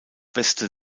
beste